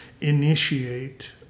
initiate